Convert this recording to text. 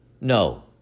No